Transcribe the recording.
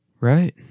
right